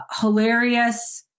hilarious